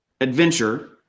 adventure